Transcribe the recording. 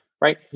right